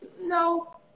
No